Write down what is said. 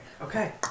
okay